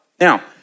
Now